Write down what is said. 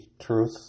truth